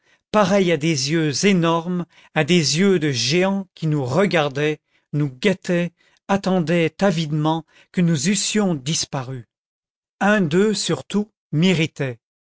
pareils à des yeux énormes à des yeux de géant qui nous regardaient nous guettaient attendaient avidement que nous eussions disparu un d'eux surtout m'irritait